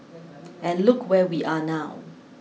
and look where we are now